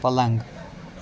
پلنٛگ